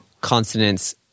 consonants